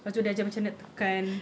lepas tu dia ajar macam mana nak tekan